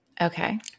Okay